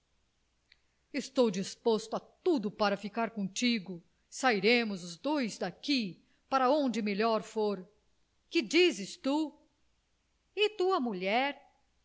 estou disposto a tudo para ficar contigo sairemos os dois daqui para onde melhor for que dizes tu e tua mulher